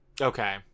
Okay